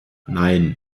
nein